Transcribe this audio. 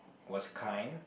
was kind